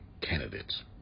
candidates